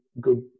good